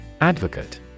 Advocate